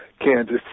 kansas